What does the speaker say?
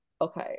okay